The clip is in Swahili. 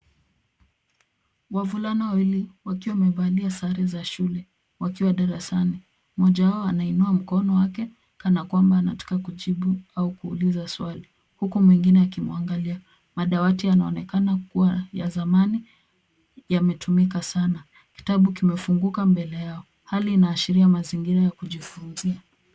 Wavulana wawili wakiwa wamevalia sare za shule wakiwa darasani. Mmoja wao anainua mkono wake kana kwamba anataka kujibu au kuuliza swali huku mwingine akimwangalia . Madawati yanaoneka kuwa ya zamani yametumika sana. Kitabu kimefunguka mbele yao. Hali inaashiria mazingira ya kujifunzia